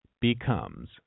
becomes